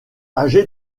âgé